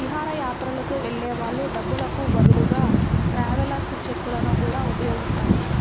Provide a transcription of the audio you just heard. విహారయాత్రలకు వెళ్ళే వాళ్ళు డబ్బులకు బదులుగా ట్రావెలర్స్ చెక్కులను గూడా ఉపయోగిస్తారు